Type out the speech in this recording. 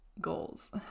goals